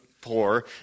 poor